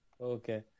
Okay